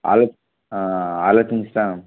ఆలో ఆలోచించుతున్నాము